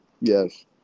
Yes